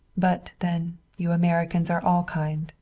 but, then, you americans are all kind.